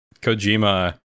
Kojima